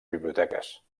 biblioteques